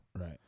Right